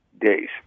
days